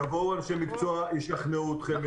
יבואו אנשי מקצוע וישכנעו אתכם,